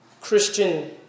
Christian